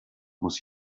muss